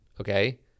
Okay